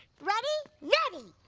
ready? ready.